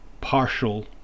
partial